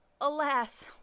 Alas